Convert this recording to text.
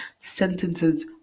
Sentences